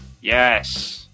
Yes